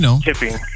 tipping